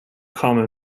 come